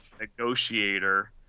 Negotiator